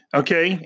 okay